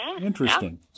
Interesting